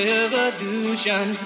revolution